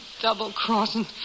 double-crossing